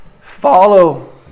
Follow